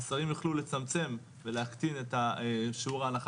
השרים יוכלו לצמצם ולהקטין את שיעור ההנחה